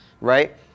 Right